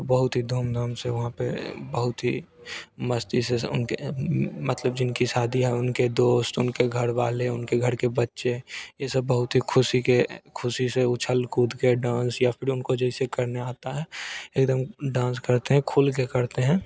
बहुत ही धूमधाम से वहाँ पर बहुत ही मस्ती से उनकी मतलब जिनकी शादी है उनके दोस्त उनके घरवाले उनके घर के बच्चे ये सब बहुत ही खुशी के खुशी से उछल कूद के डांस या फिर उनको जैसे करने आता है एकदम डांस करते हैं खुलके करते हैं